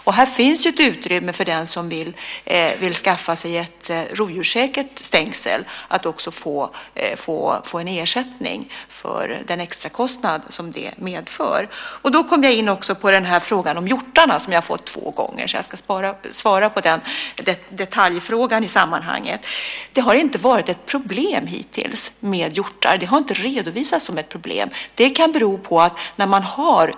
Och här finns ett utrymme för den som vill skaffa sig ett rovdjurssäkert stängsel att också få en ersättning för den extrakostnad som det medför. Då kommer jag också in på frågan om hjortarna som jag har fått två gånger. Jag ska därför svara på den detaljfrågan i sammanhanget. Det har inte varit ett problem hittills med hjortar, och det har inte redovisats som ett problem.